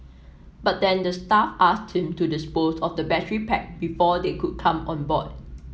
but then the staff asked him to dispose of the battery pack before they could come on board